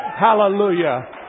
Hallelujah